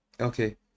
Okay